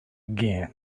again